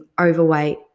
overweight